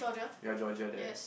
ya Georgia there